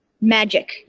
Magic